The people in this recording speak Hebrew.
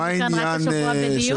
היינו כאן השבוע באיזה דיון.